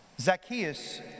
Zacchaeus